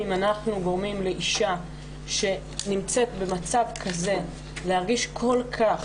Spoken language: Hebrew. אם אנחנו גורמים לאישה שנמצאת במצב כזה להרגיש כל-כך